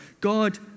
God